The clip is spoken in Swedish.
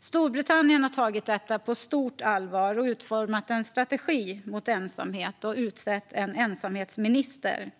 Storbritannien har tagit detta på stort allvar. Där har man utformat en strategi mot ensamhet och utsett en ensamhetsminister.